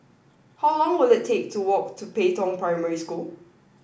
how long will it take to walk to Pei Tong Primary School